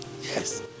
Yes